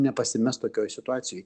nepasimest tokioj situacijoj